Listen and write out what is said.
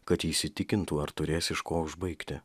kad įsitikintų ar turės iš ko užbaigti